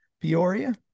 Peoria